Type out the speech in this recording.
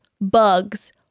bugs